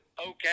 Okay